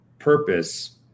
Purpose